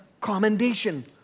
commendation